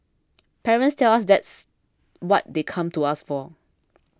parents tell us that's what they come to us for